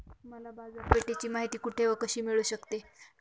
मला बाजारपेठेची माहिती कुठे व कशी मिळू शकते?